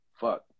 Fuck